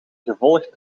gevolgd